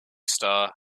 star